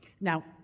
Now